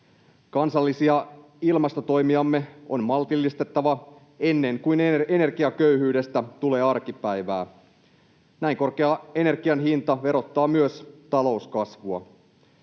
Kansallisia ilmastotoimiamme on maltillistettava ennen kuin energiaköyhyydestä tulee arkipäivää. Näin korkea energian hinta verottaa myös talouskasvua.